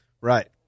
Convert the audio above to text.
Right